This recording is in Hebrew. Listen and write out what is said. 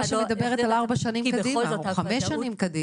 שמדברת על ארבע או חמש שנים קדימה?